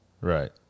Right